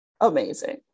amazing